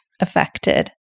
affected